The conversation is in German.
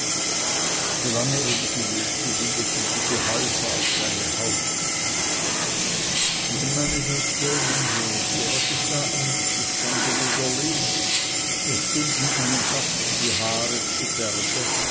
solange elisi lebte bildete diese heufahrt seine hauptgeschichte wenn man es erzählen hörte was es da ausgestanden und erlebt so stunden einem fast die haare zu berge